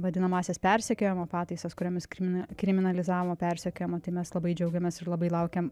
vadinamąsias persekiojimo pataisas kuriomis krimi kriminalizavo persekiojamą tai mes labai džiaugiamės ir labai laukiam